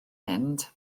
mynd